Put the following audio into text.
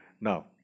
Now